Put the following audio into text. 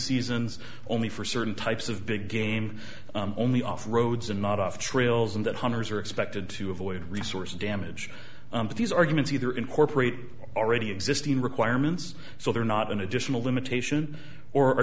seasons only for certain types of big game only off roads and not off trails and that hunters are expected to avoid resource damage but these arguments either incorporate already existing requirements so they're not an additional limitation or a